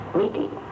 meeting